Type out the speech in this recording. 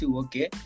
okay